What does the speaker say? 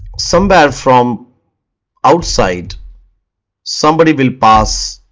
somewhere from outside somebody will pass